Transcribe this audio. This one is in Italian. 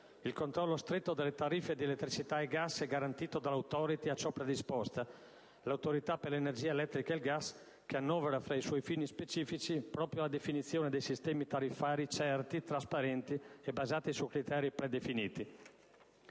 Il controllo stretto delle tariffe di elettricità e gas è garantito dall'*Authority* a ciò predisposta, l'Autorità per l'energia elettrica e il gas, che annovera fra i suoi fini specifici proprio la definizione di sistemi tariffari certi, trasparenti e basati su criteri predefiniti.